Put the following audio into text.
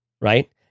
right